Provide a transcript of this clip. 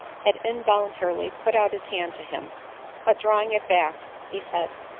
had involuntarily put out his hand to him but, draw ing it back, he said,